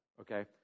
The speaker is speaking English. Okay